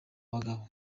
bagabo